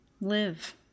live